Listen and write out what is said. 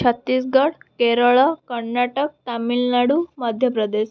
Chhattisgarh Kerala Karnataka Tamil Nadu Madhya Pradesh